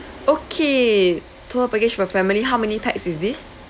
okay tour package for family how many pax is this